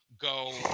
Go